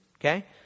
Okay